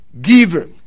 Giver